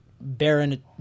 Baron